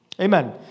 Amen